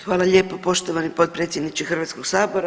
Hvala lijepo poštovani potpredsjedniče Hrvatskog sabora.